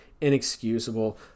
inexcusable